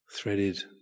threaded